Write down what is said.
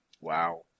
Wow